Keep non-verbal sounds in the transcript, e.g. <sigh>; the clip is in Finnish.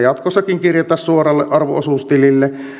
<unintelligible> jatkossakin kirjata suoralle arvo osuustilille